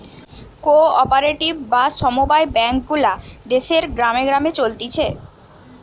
co operative বা সমব্যায় bank গুলা দেশের গ্রামে গ্রামে চলতিছে